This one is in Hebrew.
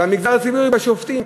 במגזר הציבורי, בשופטים.